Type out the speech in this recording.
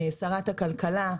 שרת הכלכלה,